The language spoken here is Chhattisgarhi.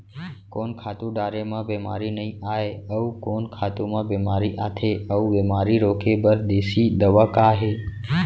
कोन खातू डारे म बेमारी नई आये, अऊ कोन खातू म बेमारी आथे अऊ बेमारी रोके बर देसी दवा का हे?